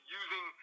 using